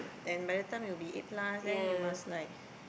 and by the time it will eight plus then you must like